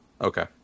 Okay